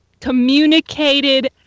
communicated